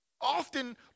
often